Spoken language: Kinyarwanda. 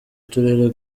uturere